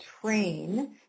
train